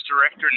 Director